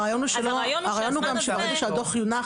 הרעיון הוא גם שברגע שהדוח יונח,